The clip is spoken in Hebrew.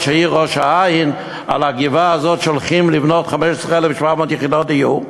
עיריית ראש-העין על הגבעה שעליה הולכים לבנות 15,700 יחידות דיור,